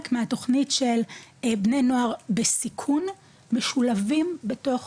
מהתוכנית של בני נוער בסיכון משולבים בתוך